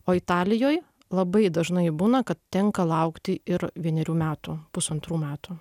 o italijoj labai dažnai būna kad tenka laukti ir vienerių metų pusantrų metų